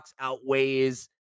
outweighs